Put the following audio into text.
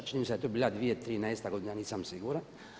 Čini mi se da je to bila 2013. godina, nisam siguran.